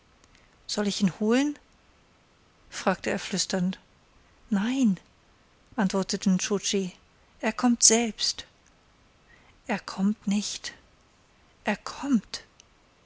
soll ich ihn holen fragte er flüsternd nein antwortete nscho tschi er kommt selbst er kommt nicht er kommt